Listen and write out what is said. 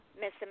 Miss